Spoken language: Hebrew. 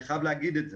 אני חייב להגיד את זה.